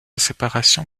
séparation